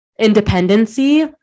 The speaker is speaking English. independency